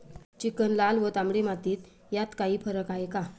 Chicken, लाल व तांबडी माती यात काही फरक आहे का?